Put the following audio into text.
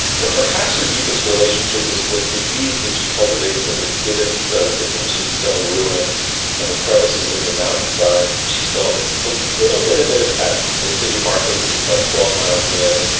but perhaps her deepest relationship is with the bees that she cultivates in the divots of ancient stone ruins and the crevices of the mountainside. she sells a little bit of it at the city market, which is about twelve miles away,